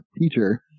teacher